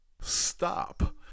Stop